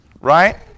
right